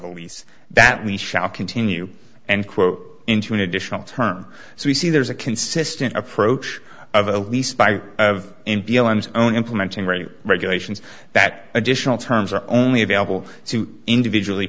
lease that we shall continue and quote into an additional term so we see there's a consistent approach of at least by only implementing rate regulations that additional terms are only available to individually